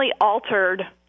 altered